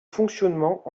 fonctionnement